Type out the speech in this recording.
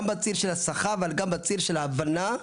גם בציר של השכר וגם בציר של ההבנה.